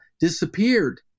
disappeared